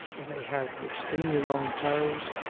and they have extremely long toes,